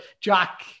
Jack